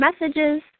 messages